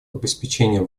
обеспечения